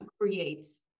creates